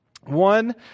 One